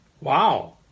Wow